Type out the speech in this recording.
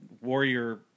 warrior